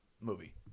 movie